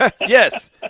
Yes